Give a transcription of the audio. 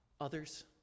Others